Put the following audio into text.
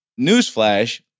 Newsflash